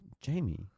Jamie